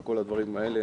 וכל הדברים האלה